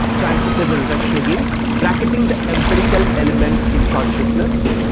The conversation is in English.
transcendental reduction again bracketing the empirical elements in consciousness,